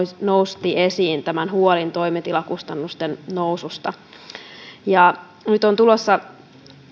nosti esiin tämän huolen toimitilakustannusten noususta nyt on tulossa